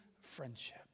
friendship